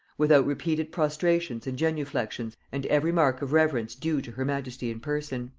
without repeated prostrations and genuflexions and every mark of reverence due to her majesty in person.